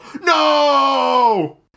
No